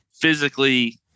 physically